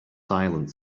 silent